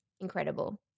Incredible